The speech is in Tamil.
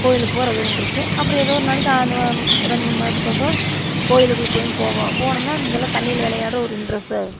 கோவிலுக்கு போகிறது ஒரு இன்ட்ரஸ்ட்டு அப்புறம் ஏதோ ஒரு நாளைக்கு அந்த ரெண்டு மூணு மாதத்துக்கு ஒருக்கா கோயில்களுக்கு சேரின்னு போவோம் போனோம்னா அங்கேயெல்லாம் தண்ணியில் விளையாடறது ஒரு இன்ட்ரஸ்ட்